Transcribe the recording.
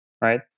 right